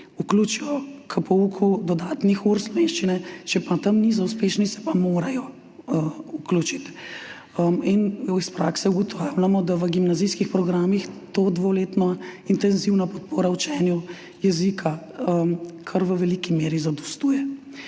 vključijo k pouku dodatnih ur slovenščine, če tam niso uspešni, se pa morajo vključiti. Iz prakse ugotavljamo, da v gimnazijskih programih ta dvoletna intenzivna podpora učenju jezika kar v veliki meri zadostuje.